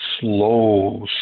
slow